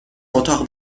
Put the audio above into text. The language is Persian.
اتاق